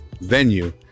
venue